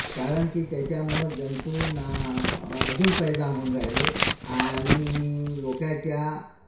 कारण की त्याच्यामुळं जंतू ना अजून पैदा होऊन राहिले आणि लोकांच्या